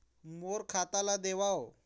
मोर खाता ला देवाव?